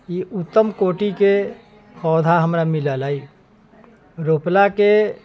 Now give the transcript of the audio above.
ई उत्तम कोटि के पौधा हमरा मिलल अछि रोपला के